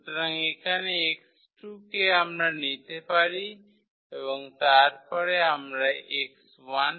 সুতরাং এখানে 𝑥2 কে আমরা নিতে পারি এবং তারপরে আমরা 𝑥1 পেতে পারি